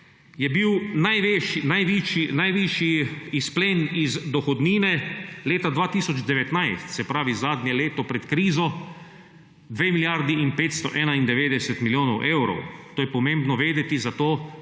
je bil najvišji izplen iz dohodnine leta 2019, se pravi zadnje leto pred krizo, 2 milijardi in 591 milijonov evrov. To je pomembno vedeti zato,